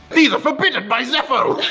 these are forbidden by zeffo!